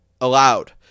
allowed